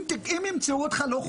אתה תוכל לקבל ויזה לארצות הברית.